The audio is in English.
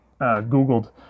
Googled